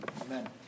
Amen